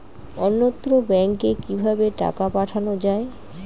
অন্যত্র ব্যংকে কিভাবে টাকা পাঠানো য়ায়?